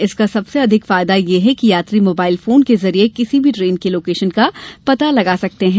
इसका सबसे अधिक फायदा यह है कि यात्री मोबाइल फोन के जरिए किसी भी ट्रेन की लोकेशन का पता लगा सकते हैं